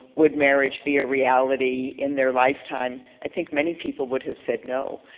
would marriage be a reality in their lifetime, i think many people would have said no.